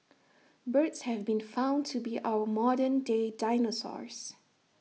birds have been found to be our modern day dinosaurs